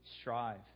strive